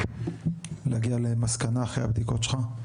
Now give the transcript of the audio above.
להגיע למסקנה אחרי הבדיקות שלך?